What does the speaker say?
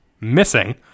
missing